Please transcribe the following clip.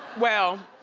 well,